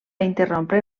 interrompre